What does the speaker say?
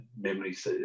memories